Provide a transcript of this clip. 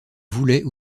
voulaient